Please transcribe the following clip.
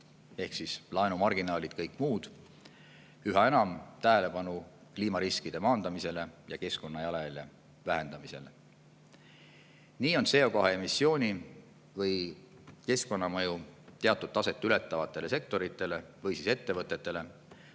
ehk siis laenumarginaalid ja kõik muud – üha enam tähelepanu kliimariskide maandamisele ja keskkonnajalajälje vähendamisele. Nii on CO2‑emissiooni või keskkonnamõju teatud taset ületavatele sektoritele või ettevõtetele